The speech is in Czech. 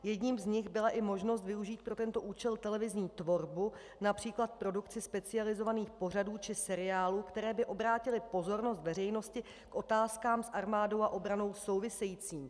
Jedním z nich byla i možnost využít pro tento účel televizní tvorbu, např. v produkci specializovaných pořadů či seriálů, které by obrátily pozornost veřejnosti k otázkám s armádou a obranou souvisejícím.